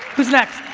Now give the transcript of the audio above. who's next?